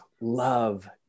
love